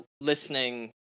listening